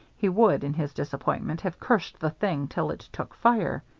he would, in his disappointment, have cursed the thing till it took fire.